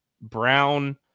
Brown